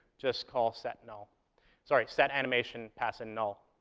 just call set null sorry, set animation, pass, and null.